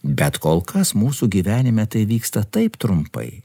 bet kol kas mūsų gyvenime tai vyksta taip trumpai